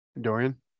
Dorian